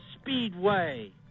Speedway